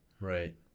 Right